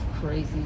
crazy